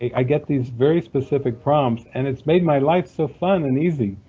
i get these very specific prompts, and it's made my life so fun and easy!